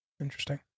Interesting